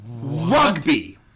Rugby